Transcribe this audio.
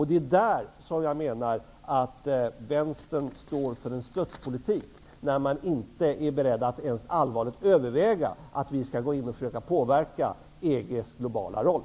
Det är där jag menar att vänstern står för en strutspolitik, när man inte är beredd att ens allvarligt överväga att Sverige skall gå in och försöka påverka EG:s globala roll.